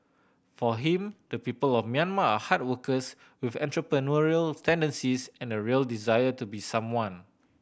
for him the people of Myanmar are hard workers with entrepreneurial tendencies and a real desire to be someone